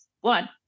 One